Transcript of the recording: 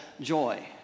joy